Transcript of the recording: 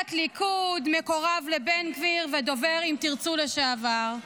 פעילת ליכוד, מקורב לבן גביר ודובר אם תרצו לשעבר.